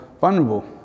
vulnerable